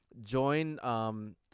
join